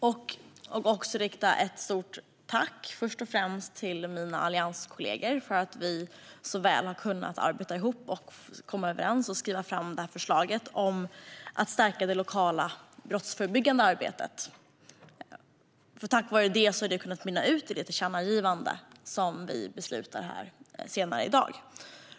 Jag vill rikta ett stort tack till mina allianskollegor för att vi så väl har kunnat arbeta tillsammans, komma överens och skriva det förslag om att stärka det lokala brottsförebyggande arbetet som tack vare detta har kunnat utmynna i det tillkännagivande som vi beslutar om här senare i dag.